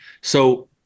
So-